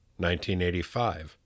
1985